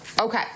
Okay